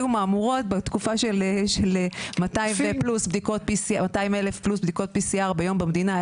היו מאמורות בתקופה של 200+ אלף בדיקות PCR ביום במדינה,